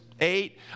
Eight